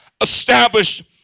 established